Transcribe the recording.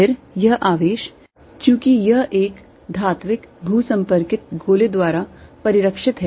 फिर यह आवेश चूंकि यह एक धात्विक भू संपर्कित गोले द्वारा परिरक्षित है